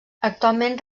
actualment